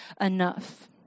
enough